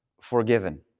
forgiven